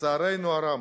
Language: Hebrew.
לצערנו הרב,